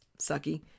sucky